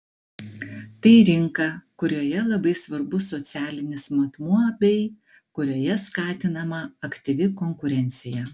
tai rinka kurioje labai svarbus socialinis matmuo bei kurioje skatinama aktyvi konkurencija